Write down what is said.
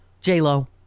J-Lo